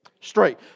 Straight